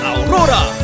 Aurora